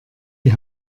die